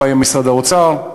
איפה היה משרד האוצר,